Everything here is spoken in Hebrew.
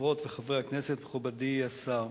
חברות וחברי הכנסת, מכובדי השר,